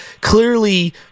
clearly